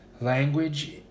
language